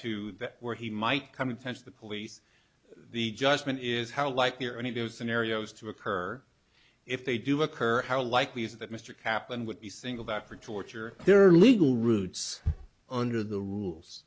that where he might come in tension the police the judgment is how likely are any of those scenarios to occur if they do occur how likely is that mr kaplan would be singled out for torture there are legal routes under the rules